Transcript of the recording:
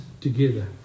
together